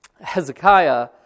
Hezekiah